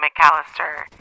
McAllister